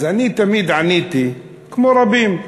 אז אני תמיד עניתי, כמו רבים,